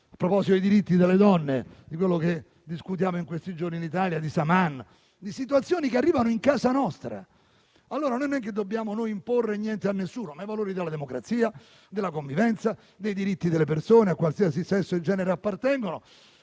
a proposito dei diritti delle donne, a quello di cui discutiamo in questi giorni in Italia, al caso di Saman, a situazioni che arrivano in casa nostra. Noi non dobbiamo imporre niente a nessuno, ma i valori della democrazia, della convivenza, dei diritti delle persone, a qualsiasi sesso e genere appartengano,